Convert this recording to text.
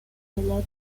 eletto